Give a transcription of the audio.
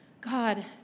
God